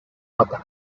without